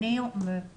אני עוברת 2(ב),